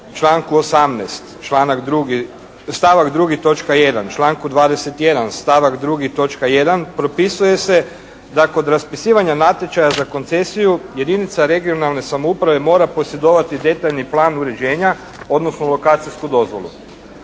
članku 21., stavak 2., točka 1. propisuje se da kod raspisivanja natječaja za koncesiju jedinica regionalne samouprave mora posjedovati detaljni plan uređenja odnosno lokacijsku dozvolu.